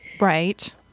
right